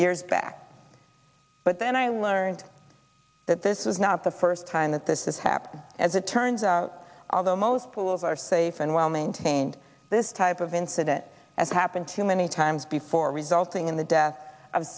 years back but then i learned that this is not the first time that this is happening as it turns out although most schools are safe and well maintained this type of incident has happened to many times before resulting in the death of